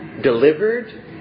delivered